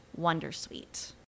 wondersuite